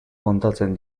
kontatzen